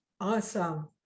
Awesome